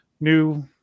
new